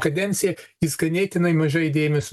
kadencija jis ganėtinai mažai dėmesio